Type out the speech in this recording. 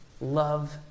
love